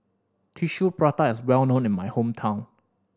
Tissue Prata is well known in my hometown